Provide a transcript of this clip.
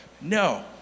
no